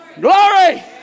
Glory